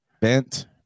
bent